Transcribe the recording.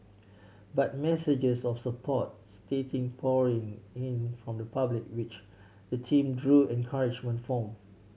but messages of support started pouring in from the public which the team drew encouragement from